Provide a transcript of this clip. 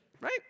Right